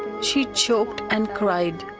she choked and cried.